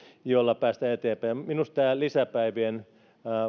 joilla päästään eteenpäin minusta tämä lisäpäivien